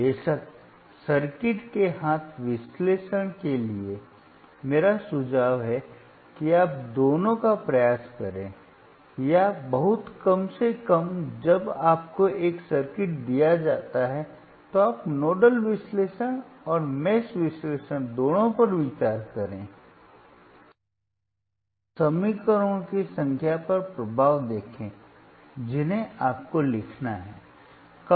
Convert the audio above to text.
बेशक सर्किट के हाथ विश्लेषण के लिए मेरा सुझाव है कि आप दोनों का प्रयास करें या बहुत कम से कम जब आपको एक सर्किट दिया जाता है तो आप नोडल विश्लेषण और जाल विश्लेषण दोनों पर विचार करें और समीकरणों की संख्या पर प्रभाव देखें जिन्हें आपको लिखना है